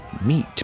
meat